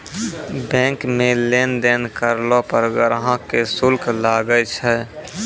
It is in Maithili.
बैंक मे लेन देन करलो पर ग्राहक के शुल्क लागै छै